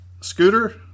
Scooter